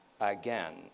again